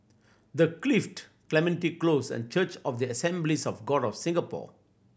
The Clift Clementi Close and Church of the Assemblies of God of Singapore